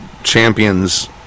Champions